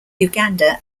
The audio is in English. uganda